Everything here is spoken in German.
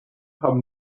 haben